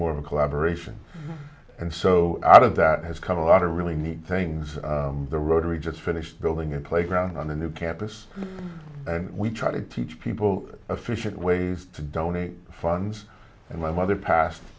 more of a collaboration and so out of that has come a lot of really neat things the rotary just finished building a playground on a new campus and we try to teach people to fish it ways to donate funds and my mother passed